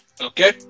Okay